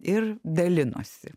ir dalinosi